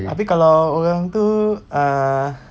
abeh kalau orang tu uh